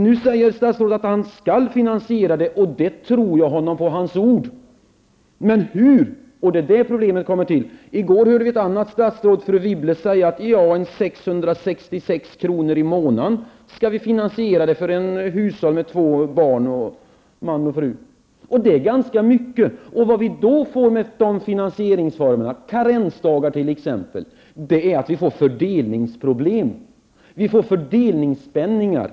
Nu säger statsrådet att han skall finansiera. Jag tror honom på hans ord. Men frågan är hur, det är det som är problemet. I går hörde vi ett annat statsråd, fru Wibble, säga att 666 kr. i månaden skall man finansiera det för ett hushåll med två barn och man och fru. Det är ganska mycket. Finansieringsformerna, t.ex. karensdagarna, ger upphov till fördelningsproblem. Vi får fördelningsspänningar.